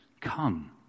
come